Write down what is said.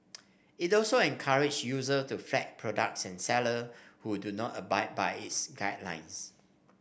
it also encourage user to flag products and seller who do not abide by its guidelines